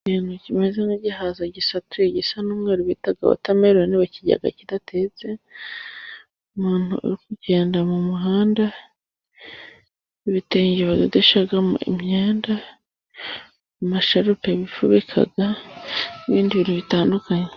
Ikintu kimeze nk'igihaza gisatuye gisa n'umweru bita wotameloni bakirya kidatetse , umuntu uri kugenda mu muhanda, ibitenge badodeshamo imyenda, amasharupe bifubika n'ibindi bintu bitandukanye.